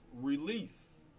release